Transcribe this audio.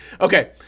Okay